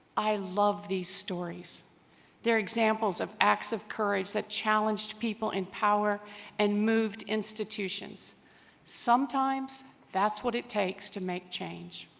i love these stories they're examples of acts of courage that challenged people in power and moved institutions sometimes that's what it takes to make change